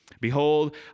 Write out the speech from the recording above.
behold